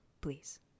Please